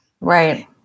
Right